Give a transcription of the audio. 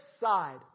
side